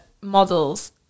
models